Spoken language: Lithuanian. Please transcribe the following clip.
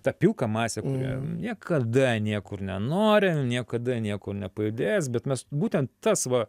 tą pilką masę kurią niekada niekur nenori niekada niekur nepajudės bet mes būtent tas va